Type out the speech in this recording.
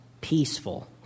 peaceful